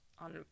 on